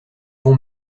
bon